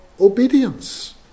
obedience